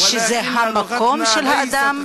שזה המקום של האדם,